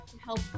help